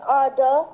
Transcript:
order